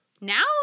now